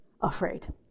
afraid